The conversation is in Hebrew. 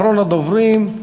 אחרון הדוברים,